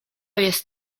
jest